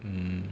mm